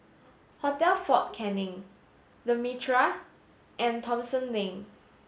Hotel Fort Canning The Mitraa and Thomson Lane